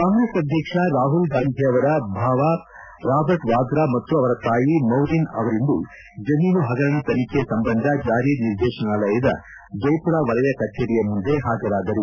ಕಾಂಗ್ರೆಸ್ ಅಧ್ಯಕ್ಷ ರಾಹುಲ್ ಗಾಂಧಿ ಅವರ ಭಾವ ರಾಬರ್ಟ್ ವಾದ್ರಾ ಮತ್ತು ಅವರ ತಾಯಿ ಮೌರೀನ್ ಅವರಿಂದು ಜಮೀನು ಹಗರಣ ತನಿಖೆ ಸಂಬಂಧ ಜಾರಿ ನಿರ್ದೇಶನಾಲಯದ ಜೈಪುರ ವಲಯ ಕಚೇರಿಯ ಮುಂದೆ ಹಾಜರಾದರು